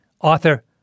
author